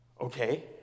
Okay